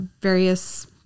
various